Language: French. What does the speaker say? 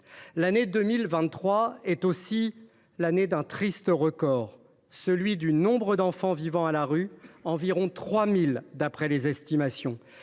L’année 2023 est aussi celle d’un triste record : celui du nombre d’enfants vivant à la rue, environ 3 000 d’après les estimations.